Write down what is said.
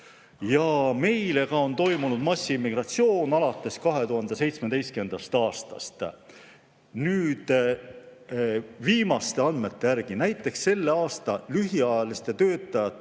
Ja meile on toimunud massiimmigratsioon alates 2017. aastast. Viimaste andmete järgi näiteks selle aasta lühiajaliste töötajate